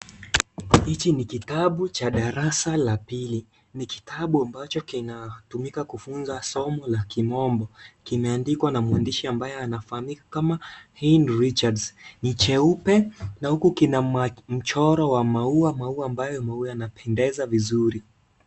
Hichi ni kitabu cha darasa la pili. Ni kitabu ambacho kinatumika kufunza somo la kimombo. Kimeandikwa na mwandishi ambaye anafahamika kama, Hins Richards. Ni jeupe, na huku kina mauk, mchoro wa maua, maua ambayo maua yanapendeza vizuri.